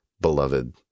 beloved